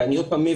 ועוד פעם,